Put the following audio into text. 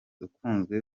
ukunze